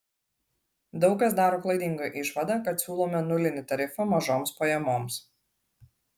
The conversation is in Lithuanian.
daug kas daro klaidingą išvadą kad siūlome nulinį tarifą mažoms pajamoms